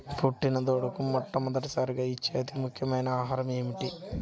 పుట్టిన దూడకు మొట్టమొదటిసారిగా ఇచ్చే అతి ముఖ్యమైన ఆహారము ఏంటి?